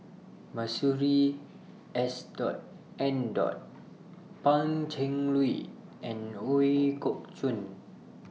Masuri S Dot N Dot Pan Cheng Lui and Ooi Kok Chuen